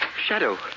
Shadow